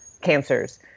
cancers